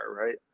Right